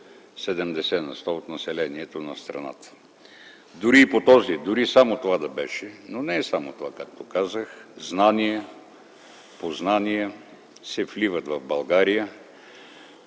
70% от населението на страната. Дори и само това да беше, но не е само това, както казах – знания, познания, се вливат в България.